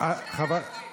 אז בבית חולים שיש בו אשכנזי,